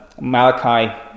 Malachi